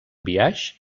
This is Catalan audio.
biaix